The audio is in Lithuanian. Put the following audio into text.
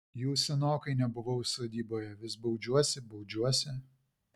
jau senokai nebuvau sodyboje vis baudžiuosi baudžiuosi